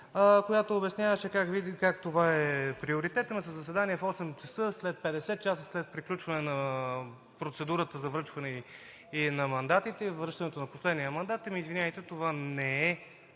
която обясняваше как това е приоритет, ама на заседание в 8,00 ч., 50 часа след приключване на процедурата за връчване на мандатите и връщането на последния мандат, извинявайте, това не е